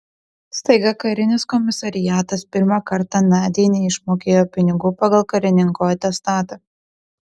staiga karinis komisariatas pirmą kartą nadiai neišmokėjo pinigų pagal karininko atestatą